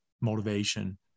motivation